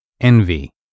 Envy